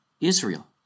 Israel